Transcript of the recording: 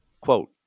Quote